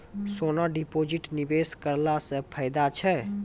सोना deposit निवेश करला से फैदा छै?